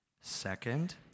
Second